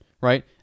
right